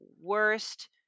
worst